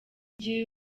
igira